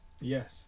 Yes